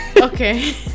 okay